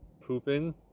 Pooping